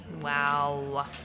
wow